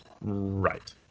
Right